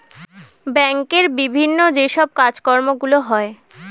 ব্যাংকের বিভিন্ন যে সব কাজকর্মগুলো হয়